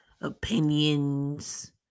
opinions